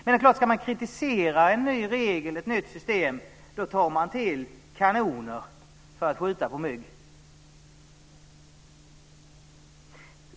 Men det är klart att om man ska kritisera en ny regel och ett nytt system så tar man till kanoner för att skjuta på mygg.